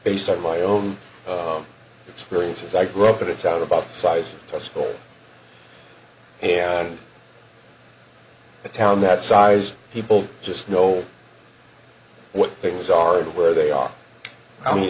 based on my own experiences i grew up at it's out about the size of a school and a town that size people just know what things are where they are i mean